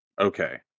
Okay